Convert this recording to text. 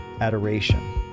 Adoration